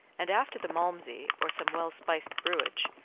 and after the malmsey, or some well-spiced brewage,